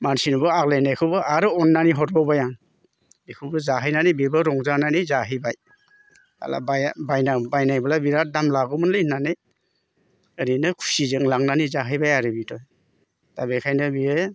मानसिनोबो आग्लायनायखौबो आरो अननानै हरबावबाय आं बेखौबो जाहैनानै बेबो रंजानानै जाहैबाय साला बाया बायनायब्ला बिराद दाम लागौमोनलै होननानै ओरैनो खुसिजों लांनानै जाहैबाय आरो बिदर दा बेखायनो बियो